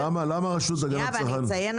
ואני אציין,